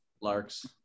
Larks